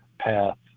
path